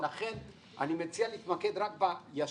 לכן, אני מציע להתמקד רק בישיר.